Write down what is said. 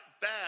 bad